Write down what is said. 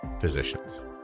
physicians